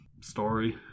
story